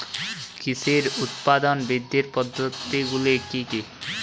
কৃষির উৎপাদন বৃদ্ধির পদ্ধতিগুলি কী কী?